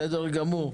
בסדר גמור.